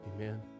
Amen